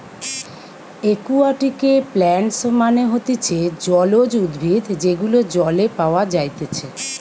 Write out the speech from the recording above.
একুয়াটিকে প্লান্টস মানে হতিছে জলজ উদ্ভিদ যেগুলো জলে পাওয়া যাইতেছে